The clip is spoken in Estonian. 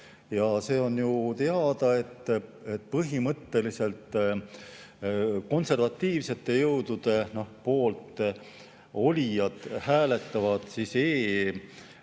on. See on ju teada, et põhimõtteliselt konservatiivsete jõudude poolt olijad hääletavad